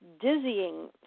dizzying